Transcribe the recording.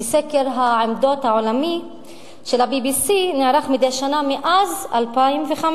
כי סקר העמדות העולמי של ה-BBC נערך מדי שנה מאז 2005,